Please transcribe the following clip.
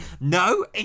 No